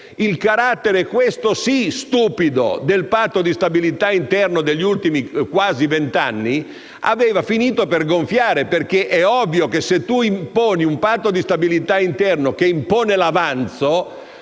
il carattere - questo, sì, stupido - del Patto di stabilità interno, degli ultimi quasi vent'anni, aveva finito per gonfiare. È ovvio, infatti, che se si stabilisce un Patto di stabilità interno che impone l'avanzo